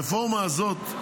הרפורמה הזאת,